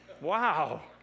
Wow